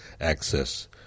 access